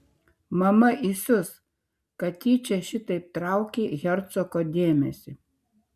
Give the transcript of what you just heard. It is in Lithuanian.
mama įsius kad tyčia šitaip traukei hercogo dėmesį